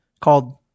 called